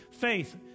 faith